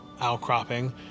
outcropping